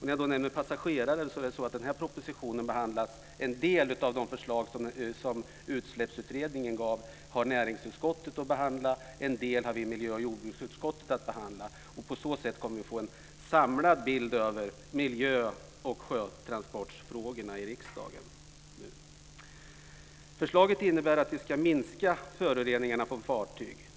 När jag nämner passagerare vill jag påpeka att i den här propositionen behandlas en del av de förslag som Utsläppsutredningen gav. Näringsutskottet har att behandla en del av dem och andra har vi i miljö och jordbruksutskottet att behandla. På så sätt kommer vi att få en samlad bild av miljö och sjötransportfrågorna i riksdagen. Förslaget innebär att vi ska minska föroreningarna från fartyg.